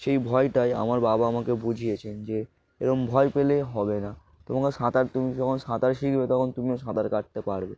সেই ভয়টাই আমার বাবা আমাকে বুঝিয়েছেন যে এরকম ভয় পেলে হবে না তোমাকে সাঁতার তুমি যখন সাঁতার শিখবে তখন তুমিও সাঁতার কাটতে পারবে